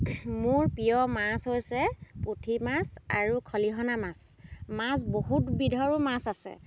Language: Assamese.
মোৰ প্ৰিয় মাছ হৈছে পুঠি মাছ আৰু খলিহনা মাছ মাছ বহুত বিধৰো মাছ আছে